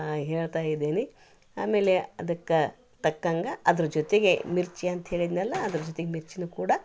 ಹೇಳ್ತಾ ಇದ್ದೀನಿ ಆಮೇಲೆ ಅದಕ್ಕ ತಕ್ಕಂಗ ಅದ್ರ ಜೊತೆಗೆ ಮಿರ್ಚಿ ಅಂತ ಹೇಳಿದ್ನಲ್ಲ ಅದರ ಜೊತೆಗೆ ಮಿರ್ಚೀನು ಕೂಡ